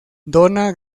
dona